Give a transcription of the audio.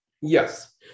Yes